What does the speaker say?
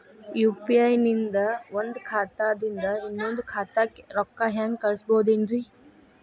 UPI ನಿಂದ ಒಂದ್ ಖಾತಾದಿಂದ ಇನ್ನೊಂದು ಖಾತಾಕ್ಕ ರೊಕ್ಕ ಹೆಂಗ್ ಕಳಸ್ಬೋದೇನ್ರಿ?